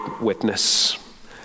witness